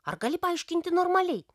ar gali paaiškinti normaliai